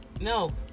no